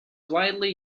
widely